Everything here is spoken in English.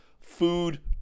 food